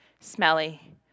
smelly